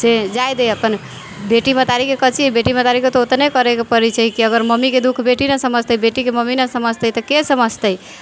से जाय दे अपन बेटी महतारीके कथी हइ बेटी महतारीके तऽ ओतने करयके पड़ैत छै कि अगर मम्मीके दुःख बेटी ना समझतै बेटीके मम्मी ना समझतै तऽ के समझतै